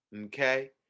okay